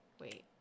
wait